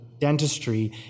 dentistry